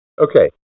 Okay